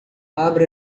abra